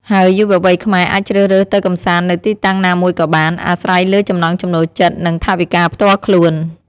ហើយយុវវ័យខ្មែរអាចជ្រើសរើសទៅកម្សាន្តនៅទីតាំងណាមួយក៏បាន អាស្រ័យលើចំណង់ចំណូលចិត្ត និងថវិកាផ្ទាល់ខ្លួន។